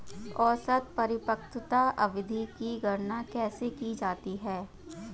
औसत परिपक्वता अवधि की गणना कैसे की जाती है?